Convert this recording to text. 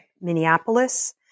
Minneapolis